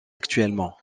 actuellement